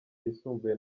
yisumbuye